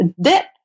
dip